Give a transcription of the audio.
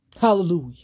hallelujah